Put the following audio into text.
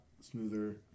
smoother